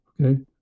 okay